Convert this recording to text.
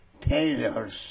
tailors